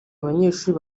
abanyeshuri